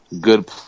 good